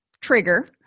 trigger